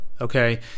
Okay